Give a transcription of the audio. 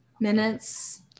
minutes